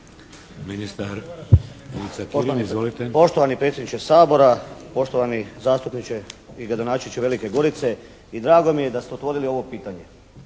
**Kirin, Ivica (HDZ)** Poštovani predsjedniče Sabora, poštovani zastupniče i gradonačelniče Velike Gorice i drago mi je da ste otvorili ovo pitanje.